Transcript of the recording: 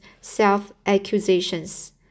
self-accusations